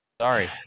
Sorry